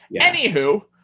Anywho